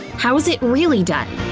how's it really done?